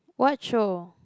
what show